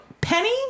Penny